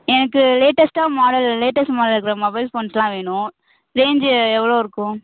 எனக்கு லேட்டஸ்ட்டாக model latest model இருக்கிற மொபைல் ஃபோன்ஸ்லாம் வேணும் ரேஞ்சு எவ்வளோ இருக்கும்